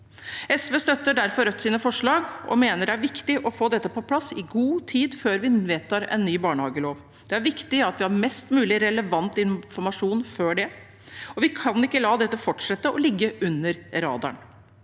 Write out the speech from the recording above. SV støtter derfor Rødts forslag og mener det er viktig å få dette på plass i god tid før vi vedtar en ny barnehagelov. Det er viktig at vi har mest mulig relevant infor masjon før det. Vi kan ikke la dette fortsette å gå under radaren.